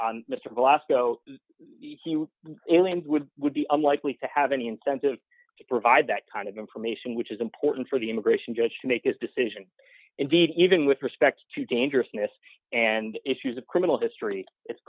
to mr glasgow aliens would would be unlikely to have any incentive to provide that kind of information which is important for the immigration d judge to make his decision indeed even with respect to dangerousness and issues of criminal history it's